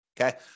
Okay